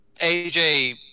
AJ